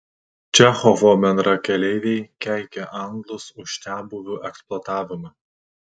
čechovo bendrakeleiviai keikė anglus už čiabuvių eksploatavimą